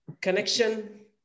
connection